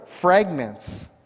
fragments